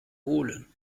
holen